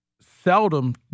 seldom